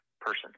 person